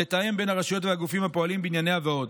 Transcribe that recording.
לתאם בין הרשויות והגופים הפועלים בענייניה ועוד.